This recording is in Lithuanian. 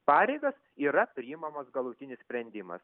pareigas yra priimamas galutinis sprendimas